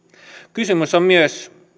kysymys on myös